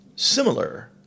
Similar